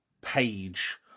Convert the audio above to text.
page